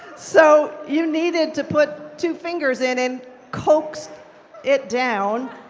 so you needed to put two fingers in and coax it down,